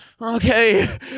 okay